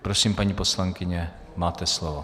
Prosím, paní poslankyně, máte slovo.